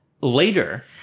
later